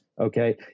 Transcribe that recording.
okay